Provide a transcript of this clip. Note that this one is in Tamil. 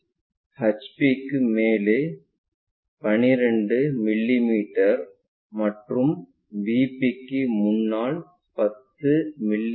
A HP க்கு மேலே 12 மிமீ மற்றும் VP க்கு முன்னால் 10 மி